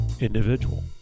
individual